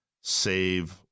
save